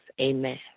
Amen